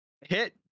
Hit